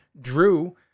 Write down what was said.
Drew